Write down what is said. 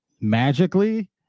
magically